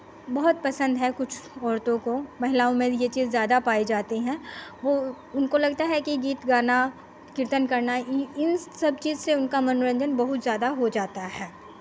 बहुत पसंद है कुछ औरतों को महिलाओं में ये चीज़ ज़्यादा पाई जाती हैं वो उनको लगता है कि गीत गाना कीर्तन करना इन इन सब चीज़ से उनका मनोरंजन बहुत ज़्यादा हो जाता है